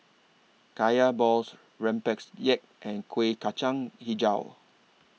Kaya Balls Rempeyek and Kuih Kacang Hijau